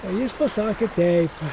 o jis pasakė taip